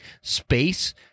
space